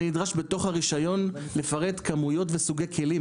ני נדרש בתוך הרישיון לפרט כמויות וסוגי כלים,